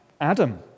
Adam